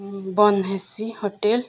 ବନ ହେସି ହୋଟେଲ